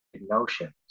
notions